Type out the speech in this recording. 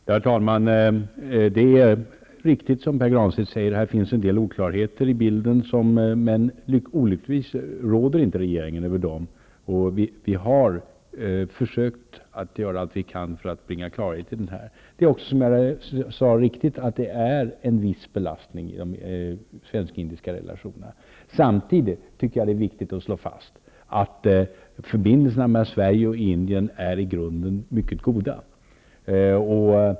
Herr talman! Det som Pär Granstedt säger är riktigt. Det finns en del oklar heter i bilden, men olyckligtvis råder regeringen inte över dem. Vi har för sökt att göra allt vi kan för att bringa klarhet i frågan. Det är också riktigt, som jag tidigare sade, att detta är en viss belastning i de svensk-indiska relationerna. Samtidigt är det viktigt att slå fast att förbindel serna mellan Sverige och Indien är i grunden mycket goda.